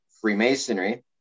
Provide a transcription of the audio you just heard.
Freemasonry